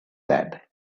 that